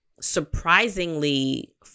surprisingly